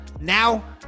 now